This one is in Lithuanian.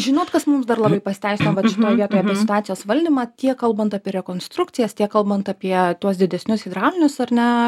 žinot kas mums dar labai pasiteisino vat šitoj vietoj apie situacijos valdymą tiek kalbant apie rekonstrukcijas tiek kalbant apie tuos didesnius hidraulinius ar ne